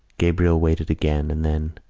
gabriel waited again and then,